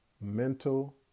mental